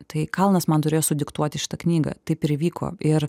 tai kalnas man turėjo sudiktuoti šitą knygą taip ir įvyko ir